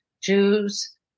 Jews